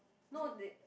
no they